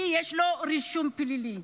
כי יש לו רישום פלילי.